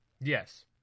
Yes